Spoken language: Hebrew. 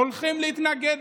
הולכים להתנגד